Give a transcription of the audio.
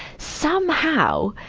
somehow,